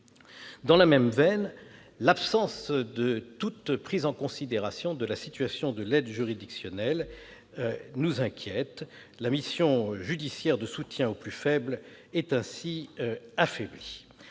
Dans la même veine, l'absence de toute prise en considération de la situation de l'aide juridictionnelle nous inquiète. La mission judiciaire de soutien aux plus fragiles est ainsi affaiblie.